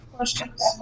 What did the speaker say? Questions